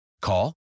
Call